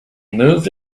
moved